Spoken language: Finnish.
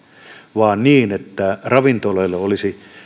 vaan niin että ravintoloille olisi